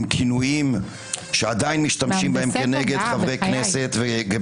עם כינויים שעדיין משתמשים בהם חברי כנסת.